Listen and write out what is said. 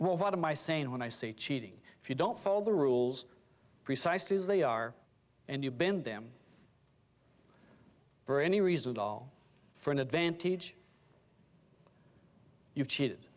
heart what am i saying when i say cheating if you don't follow the rules precisely as they are and you bend them for any reason at all for an advantage you've cheated